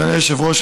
אדוני היושב-ראש,